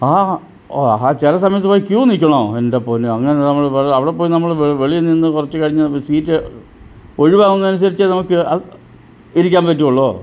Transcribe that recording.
ആഹാ ഓ ഹാ ചില സമയത്ത് പോയി ക്യു നില്ക്കണോ എൻ്റെ പൊന്നെ അങ്ങനെ നമ്മള് ഇപ്പോള് അവിടെ പോയി നമ്മള് വെ വെളിയിൽ നിന്ന് കുറച്ച് കഴിഞ്ഞ് സീറ്റ് ഒഴിവാകുന്നതനുസരിച്ച് നമുക്ക് അത് ഇരിക്കാന് പറ്റുവുള്ളോ